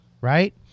Right